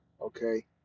okay